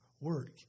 work